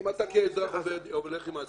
אם אתה אזרח רגיל,